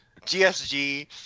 GSG